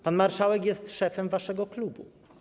Pan marszałek jest szefem waszego klubu.